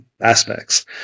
aspects